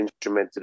instrumented